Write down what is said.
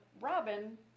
robin